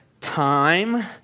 time